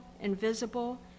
invisible